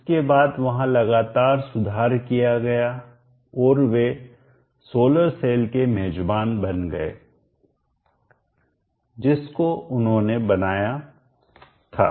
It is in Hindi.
इसके बाद वहां लगातार सुधार किया गया और वे सोलर सेल के मेजबान बन गए जिसको उन्होंने बनाया था